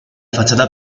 fachada